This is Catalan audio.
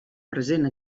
present